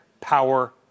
power